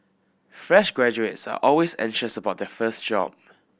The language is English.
fresh graduates are always anxious about their first job